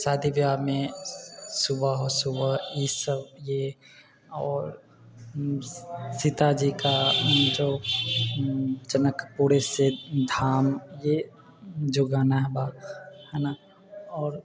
शादी ब्याहमे सुबह सुबह ईसब ए आओर सीताजीका जे जनकपुरसँ धाम ए जे गाना बा हइ ने आओर